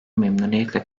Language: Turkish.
memnuniyetle